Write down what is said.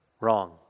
Wrong